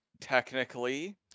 technically